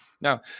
Now